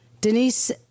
Denise